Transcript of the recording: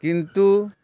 କିନ୍ତୁ